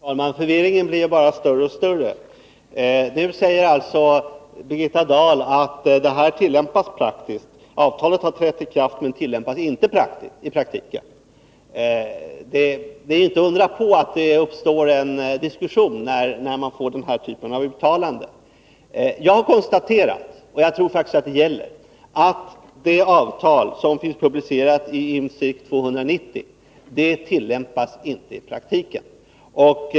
Herr talman! Förvirringen blir bara större och större. Nu säger alltså Birgitta Dahl att det här tillämpas praktiskt. Avtalet har trätt i kraft men tillämpas inte i praktiken. Det är inte att undra på att det uppstår en diskussion när man får den här typen av uttalanden. Jag har konstaterat — och jag tror faktiskt att det gäller — att det avtal som finns publicerat i Infeirk 290 inte tillämpas i praktiken.